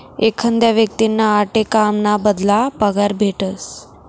एखादा व्यक्तींना आठे काम ना बदला पगार भेटस